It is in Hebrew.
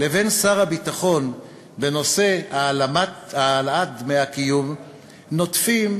לבין שר הביטחון בנושא העלאת דמי הקיום נודפים,